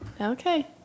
Okay